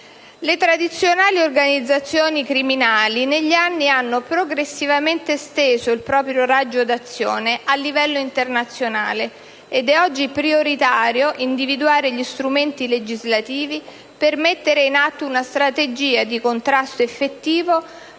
Le tradizionali organizzazioni criminali negli anni hanno progressivamente esteso il loro raggio di azione a livello internazionale, ed è oggi prioritario individuare gli strumenti legislativi per mettere in atto una strategia di contrasto effettivo